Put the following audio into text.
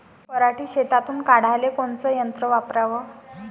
पराटी शेतातुन काढाले कोनचं यंत्र वापराव?